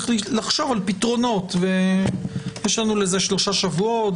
יש לחשוב על הפתרונות ויש לנו לזה שלושה שבועות.